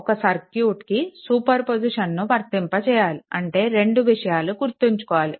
ఒక సర్క్యూట్కి సూపర్ పొజిషన్ను వర్తింపచేయాలి అంటే రెండు విషయాలు గుర్తు ఉంచుకోవాలి